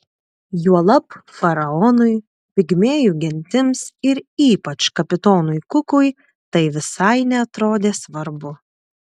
juolab faraonui pigmėjų gentims ir ypač kapitonui kukui tai visai neatrodė svarbu